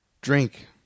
drink